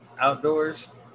outdoors